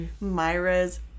Myra's